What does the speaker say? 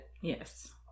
Yes